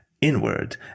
inward